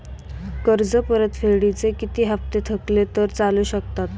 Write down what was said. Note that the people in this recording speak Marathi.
कर्ज परतफेडीचे किती हप्ते थकले तर चालू शकतात?